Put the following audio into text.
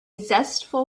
zestful